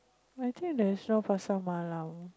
I think they sell Pasar Malam